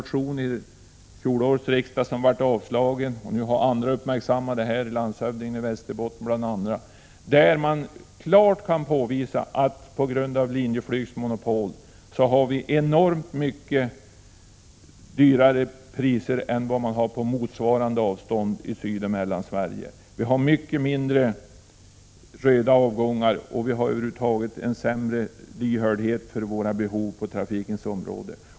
Till fjolårets riksdag hade jag en motion som blev avslagen. Nu har andra uppmärksammat detta, bl.a. landshövdingen i Västerbotten. Det kan klart påvisas att vi på grund av Linjeflygs monopol har enormt mycket dyrare flyg än vad flyget kostar på motsvarande avstånd i Sydoch Mellansverige. Vi har mycket färre röda avgångar. Över huvud taget är det en sämre lyhördhet för våra behov på trafikens område.